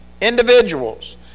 individuals